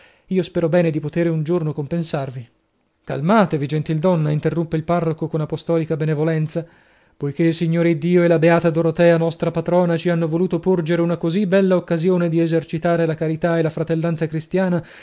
io spero bene di potere un giorno compensarvi calmatevi gentildonna interruppe il parroco con apostolica benevolenza poiché il signore iddio e la beata dorotea nostra patrona ci hanno voluto porgere una così bella occasiono di esercitare la carità e la fratellanza cristiana